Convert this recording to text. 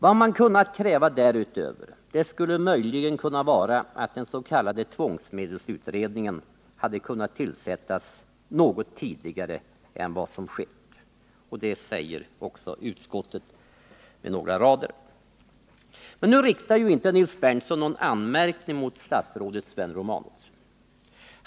Vad man därutöver möjligen skulle kunna kräva vore att den s.k. tvångsmedelsutredningen hade kunnat tillsättas något tidigare än vad som har skett, och det säger också utskottet på några rader. Men nu riktar inte Nils Berndtson någon anmärkning mot statsrådet Romanus.